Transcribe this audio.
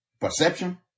perception